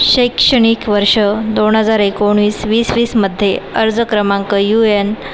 शैक्षणिक वर्ष दोन हजार एकोणवीस वीसवीसमध्ये अर्ज क्रमांक यू एन